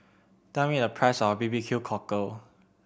tell me the price of B B Q Cockle